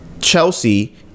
chelsea